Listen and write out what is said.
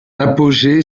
apogée